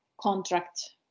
contract